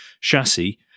chassis